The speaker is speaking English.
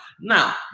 Now